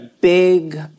big